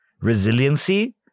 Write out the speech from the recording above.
resiliency